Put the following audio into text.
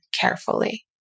carefully